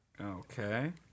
Okay